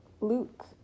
Luke